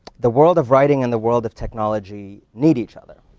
the world of writing and the world of technology need each other.